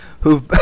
who've